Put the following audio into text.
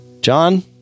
John